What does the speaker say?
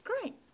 great